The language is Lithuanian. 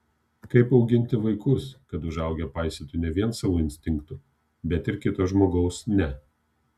kaip auginti vaikus kad užaugę paisytų ne vien savo instinktų bet ir kito žmogaus ne